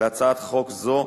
להצעת חוק זו,